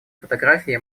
фотографии